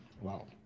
wow